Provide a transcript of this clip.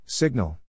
Signal